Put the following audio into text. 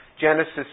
Genesis